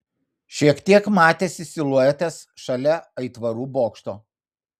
šiek tiek matėsi siluetas šalia aitvarų bokšto